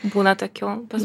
būna tokių pas